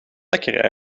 lekker